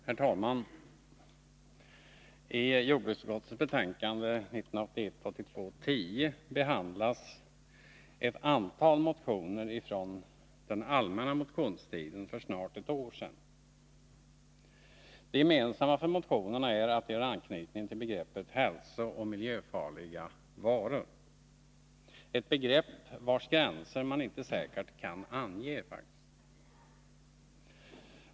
Herr talman! I jordbruksutskottets betänkande 1981/82:10 behandlas ett antal motioner från den allmänna motionstiden för snart ett år sedan. Det gemensamma för motionerna är att de har anknytning till begreppet hälsooch miljöfarliga varor, ett begrepp vars gränser man faktiskt inte säkert kan ange.